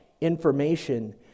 information